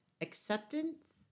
acceptance